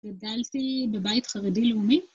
גדלתי בבית חרדי-לאומי.